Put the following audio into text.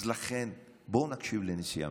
אז לכן בואו נקשיב לנשיא המדינה.